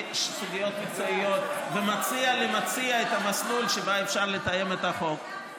סוגיות מקצועיות ומציע למציע את המסלול שבו אפשר לתאם את החוק,